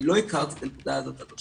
אני לא הכרתי את הנקודה הזו ואני